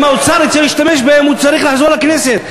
אם האוצר רוצה להשתמש בהם, הוא צריך לחזור לכנסת.